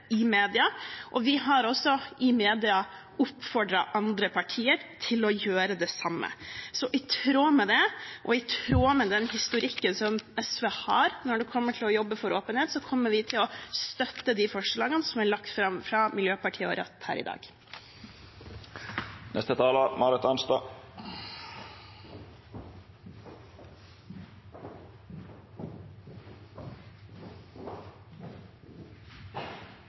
i media, og vi har også i media oppfordret andre partier til å gjøre det samme. I tråd med det og i tråd med den historikken som SV har når det kommer til å jobbe for åpenhet, kommer vi til å støtte de forslagene som er lagt fram av Miljøpartiet De Grønne og Rødt her i dag.